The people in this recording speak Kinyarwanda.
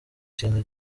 kintu